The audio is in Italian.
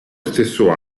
stesso